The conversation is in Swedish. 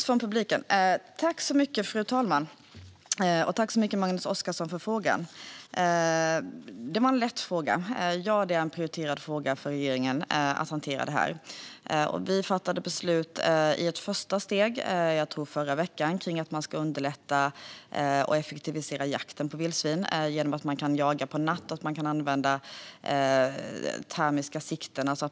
Fru talman! Tack så mycket för frågan, Magnus Oscarsson! Det var en lätt fråga. Ja, det är en prioriterad fråga för regeringen att hantera detta. Vi fattade beslut i ett första steg, jag tror det var i förra veckan, att man ska underlätta och effektivisera jakten på vildsvin genom att man kan jaga på natten och använda termiska sikten.